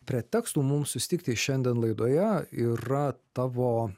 pretekstų mums susitikti šiandien laidoje yra tavo